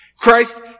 Christ